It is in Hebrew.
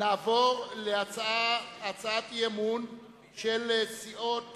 נעבור להצעת אי-אמון של סיעות